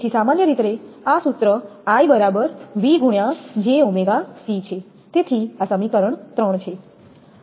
તેથી સામાન્ય રીતે આ સૂત્ર I બરાબર 𝑣×𝑗ωc છે તેથી આ સમીકરણ 3 છે